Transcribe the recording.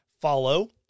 follow